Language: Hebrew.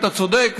אתה צודק,